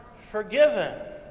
forgiven